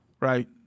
right